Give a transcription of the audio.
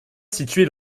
située